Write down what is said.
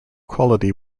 quality